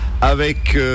avec